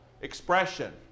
expression